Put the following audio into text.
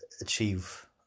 achieve